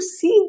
see